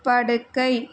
படுக்கை